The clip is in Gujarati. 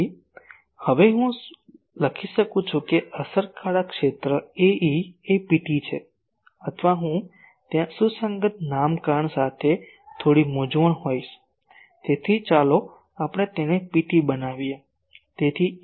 તેથી હું હવે લખી શકું છું કે અસરકારક ક્ષેત્ર Ae એ PT છે અથવા હું ત્યાં સુસંગત નામકરણ સાથે થોડી મૂંઝવણ હોઈશ તેથી ચાલો આપણે તેને PT બનાવીએ